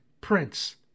Prince